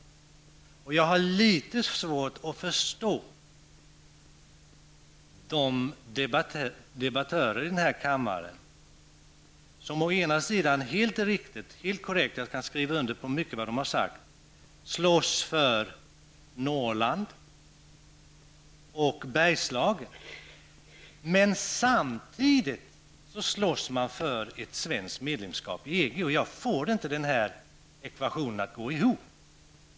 Jag har litet svårt att förstå de debattörer i denna kammare som helt riktigt -- jag kan skriva under på mycket av det som de har sagt -- slåss för Norrland och Bergslagen, men samtidigt slåss de för ett svenskt medlemskap i EG. Jag får inte denna ekvation att gå ihop.